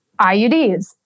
IUDs